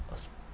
uh